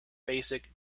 basic